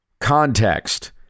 context